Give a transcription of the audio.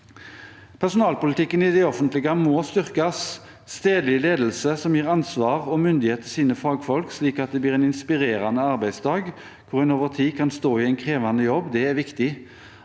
Personalpolitikken i det offentlige må styrkes. Stedlig ledelse som gir ansvar og myndighet til sine fagfolk, slik at det blir en inspirerende arbeidsdag hvor en over tid kan stå i en krevende jobb, er viktig.